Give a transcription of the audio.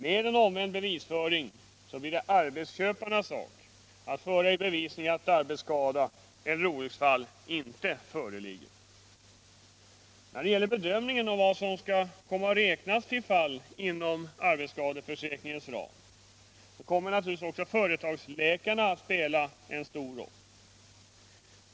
Med omvänd bevisföring blir det arbetsköparnas sak att föra i bevisning att arbetsskada eller olycksfall inte föreligger. När det gäller bedömningen av vad som skall räknas till fall inom arbetsskadeförsäkringens ram, kommer sannolikt företagsläkarna att spela en stor roll.